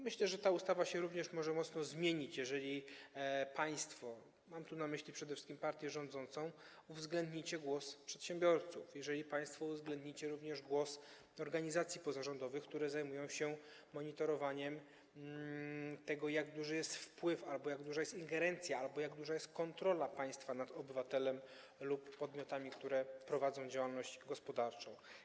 Myślę, że ta ustawa również może się mocno zmienić, jeżeli państwo, mam tu na myśli przede wszystkim partię rządzącą, uwzględnicie głos przedsiębiorców, jeżeli państwo uwzględnicie również głos organizacji pozarządowych, które zajmują się monitorowaniem tego, jak duży jest wpływ albo jak duża jest ingerencja, albo jak duża jest kontrola państwa nad obywatelem lub podmiotami, które prowadzą działalność gospodarczą.